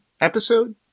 episode